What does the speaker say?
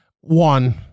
one